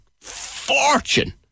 fortune